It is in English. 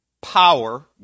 power